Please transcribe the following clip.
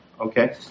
okay